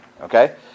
okay